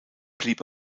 blieb